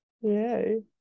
Yay